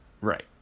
Right